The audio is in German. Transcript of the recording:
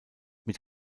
mit